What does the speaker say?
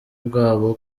bwabo